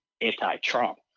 anti-Trump